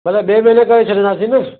भले ॿिए महिने करे छॾींदासीं न